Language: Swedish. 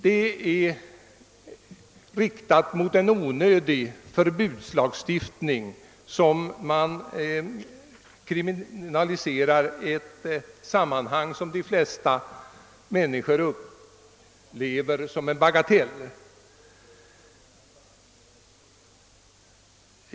De är riktade mot en onödig förbudslagstiftning, som innebär att man kriminaliserar något som de flesta människor upplever som en bagatell.